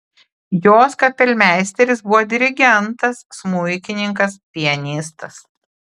jos kapelmeisteris buvo dirigentas smuikininkas pianistas